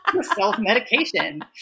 self-medication